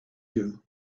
you